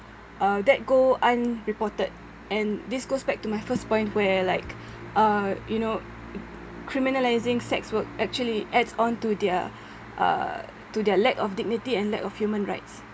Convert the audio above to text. uh that go unreported and this goes back to my first point where like uh you know criminalising sex work actually adds on to their uh to their lack of dignity and lack of human rights